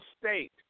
State